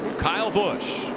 kyle busch.